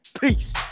Peace